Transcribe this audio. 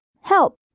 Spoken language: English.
Help